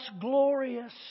glorious